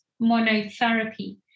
monotherapy